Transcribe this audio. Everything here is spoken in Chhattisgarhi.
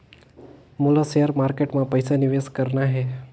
मोला शेयर मार्केट मां पइसा निवेश करना हे?